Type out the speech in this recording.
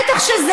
זה במקרה.